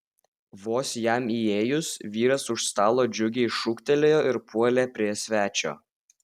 vos jam įėjus vyras už stalo džiugiai šūktelėjo ir puolė prie svečio